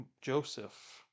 Joseph